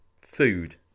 food